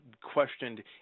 questioned